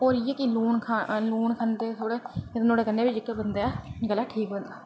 और इयै केई लोक लून खंदे जेहड़े नुआढ़े कन्नै बी लोकें दा गला ठीक होई जंदा